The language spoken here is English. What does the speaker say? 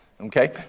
Okay